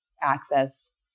access